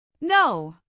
No